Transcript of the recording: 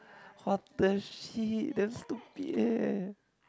what the shit damn stupid eh